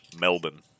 Melbourne